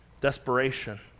desperation